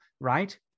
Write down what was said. right